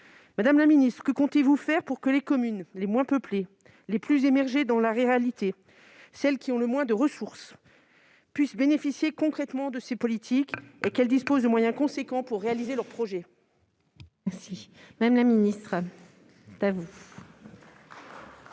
Madame la ministre, que comptez-vous faire pour que les communes les moins peuplées, les plus immergées dans la ruralité, celles qui ont le moins de ressources, bénéficient concrètement de ces politiques et disposent des moyens suffisants pour réaliser leurs projets ? La parole est à Mme la ministre. Madame la